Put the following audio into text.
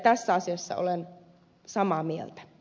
tässä asiassa olen samaa mieltä